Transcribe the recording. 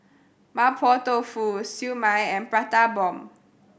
Mapo Tofu Siew Mai and Prata Bomb